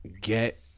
get